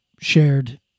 shared